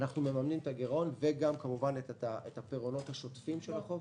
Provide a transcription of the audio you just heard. אנחנו מממנים את הגירעון וגם כמובן את הפירעונות השוטפים של החוב.